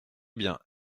bien